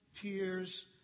tears